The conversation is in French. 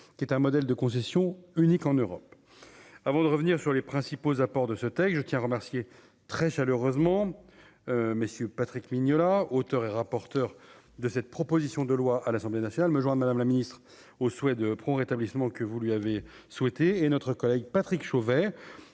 qui est un modèle de concession unique en Europe, avant de revenir sur les principaux apports de ce texte, je tiens à remercier très chaleureusement, messieurs Patrick Mignola, auteur et rapporteur de cette proposition de loi à l'Assemblée nationale me joindre Madame la Ministre, aux souhaits de prompt rétablissement que vous lui avez souhaité et notre collègue Patrick Chauvel,